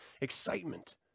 excitement